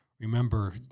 remember